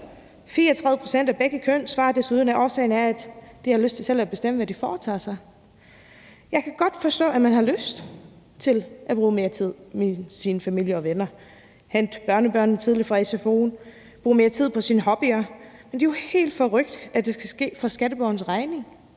34 pct. af begge køn svarer desuden, at årsagen er, at de har lyst til selv at bestemme, hvad de foretager sig. Jeg kan godt forstå, at man har lyst til at bruge mere tid med sin familie og sine venner, hente børnebørnene tidligt fra sfo'en og bruge mere tid på sine hobbyer. Men det er jo helt forrykt, at det skal ske på skatteborgernes regning.